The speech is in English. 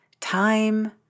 time